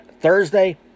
Thursday